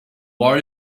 war